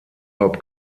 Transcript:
hop